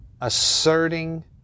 asserting